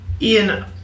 Ian